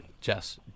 Jess